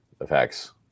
effects